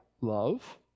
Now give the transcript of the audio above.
love